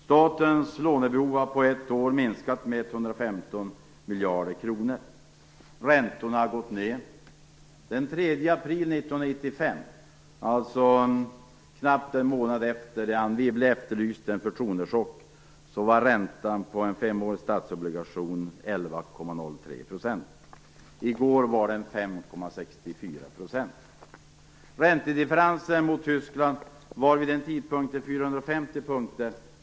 Statens lånebehov har på ett år minskat med 115 Räntorna har gått ned. Den 3 april 1995, dvs. knappt en månad efter det att Anne Wibble efterlyst en förtroendechock, var räntan på en 5-årig statsobligation 11,03 %. I går var den 5,64 %! Räntedifferensen mot Tyskland vid den tidpunkten var 450 punkter.